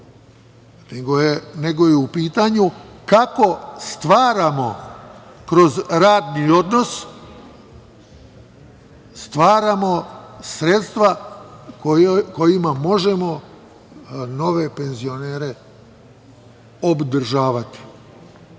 nego je u pitanju kako stvaramo kroz radni odnos sredstva kojima možemo nove penzionere obdržavati. Jako